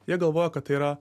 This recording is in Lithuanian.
jie galvoja kad tai yra